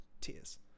Tears